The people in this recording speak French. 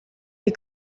est